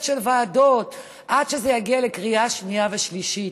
של ועדות עד שזה יגיע לקריאה שנייה ושלישית.